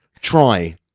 try